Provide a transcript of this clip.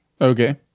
Okay